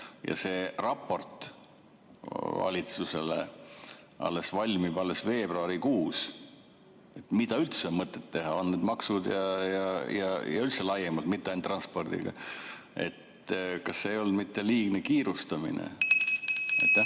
ja see raport valitsusele alles valmib veebruarikuus, mida üldse on mõtet teha, on need maksud ja üldse laiemalt, mitte ainult transpordiga, ei olnud mitte liigne kiirustamine? Aitäh!